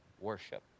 worship